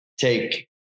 take